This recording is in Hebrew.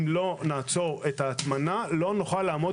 אם לא נעצור את ההטמנה לא נוכל לעמוד